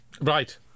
Right